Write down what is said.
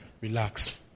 Relax